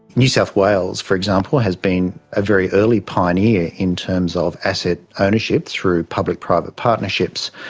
new south wales, for example, has been a very early pioneer in terms of asset ownership through public private partnerships,